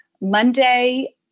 Monday